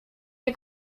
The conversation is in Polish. nie